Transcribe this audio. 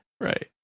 right